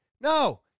No